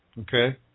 Okay